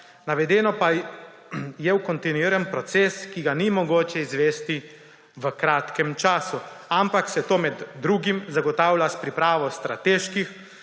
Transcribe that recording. Navedeno pa je kontinuiran proces, ki ga ni mogoče izvesti v kratkem času, ampak se to med drugim zagotavlja s pripravo strateških